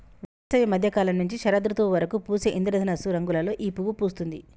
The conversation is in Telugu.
వేసవి మద్య కాలం నుంచి శరదృతువు వరకు పూసే ఇంద్రధనస్సు రంగులలో ఈ పువ్వు పూస్తుంది